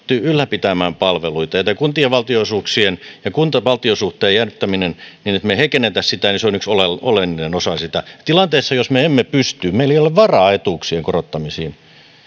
ylläpitämään palveluita ja tämä kuntien valtionosuuksien ja kunta valtio suhteen jäädyttäminen niin että me emme heikennä niitä on yksi oleellinen osa sitä silloin jos me emme pysty jos meillä ei ole varaa etuuksien korottamisiin